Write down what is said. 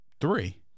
Three